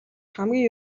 хамгийн